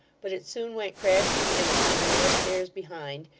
but it soon went crashing in upon the narrow stairs behind,